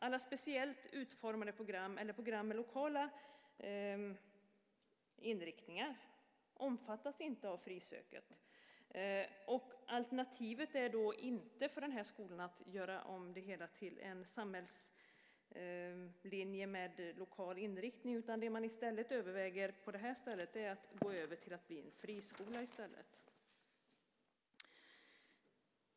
Alla speciellt utformade program eller program med lokala inriktningar omfattas inte av frisöket. Alternativet är inte för den här skolan att göra om det hela till en samhällslinje med lokal inriktning. Det man i stället överväger på det här stället är att gå över till att bli friskola.